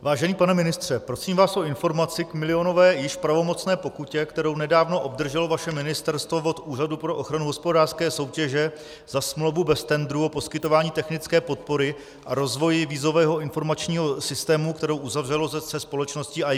Vážený pane ministře, prosím vás o informaci k milionové, již pravomocné pokutě, kterou nedávno obdrželo vaše ministerstvo od Úřadu pro ochranu hospodářské soutěže za smlouvu bez tendru o poskytování technické podpory a rozvoj vízového informačního systému, kterou uzavřelo se společností IBM.